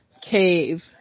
cave